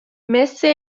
مثه